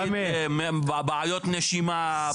נגיד בעיות נשימה,